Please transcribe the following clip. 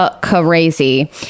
crazy